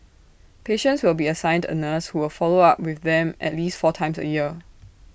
patients will be assigned A nurse who will follow up with them at least four times A year